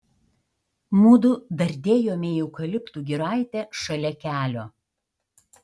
mudu dardėjome į eukaliptų giraitę šalia kelio